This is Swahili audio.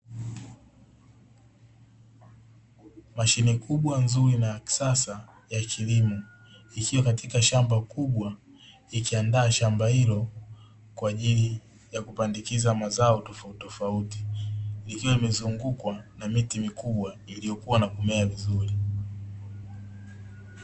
Mashine kubwa nzuri na ya kisasa ya kilimo, ikiwa katika shamba kubwa, ikiandaa shamba hilo, kwa ajili, ya kupandikiza mazao tofautitofauti. ikiwa imezungukwa na miti mikubwa, ilio kuwa na kumea vizuri.